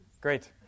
Great